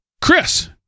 chris